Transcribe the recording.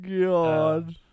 God